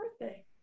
birthday